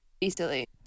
easily